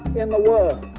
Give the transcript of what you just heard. in the